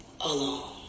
alone